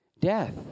Death